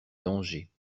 danger